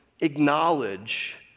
acknowledge